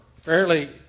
fairly